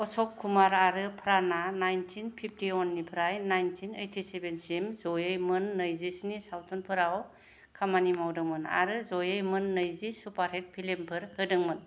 अशक कुमार आरो प्राणआ nineteen fifty one निफ्राय नाइनटिन ओइटिसेभेन सिम जयै मोन नैजिस्नि सावथुनफोराव खामानि मावदोंमोन आरो जयै मोन नैजि सुपारहिट फिल्मफोर होदोंमोन